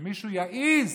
שמישהו יעז